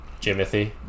Jimothy